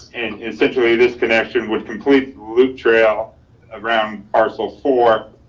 and essentially this connection with complete loop trail around parcel four.